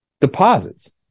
deposits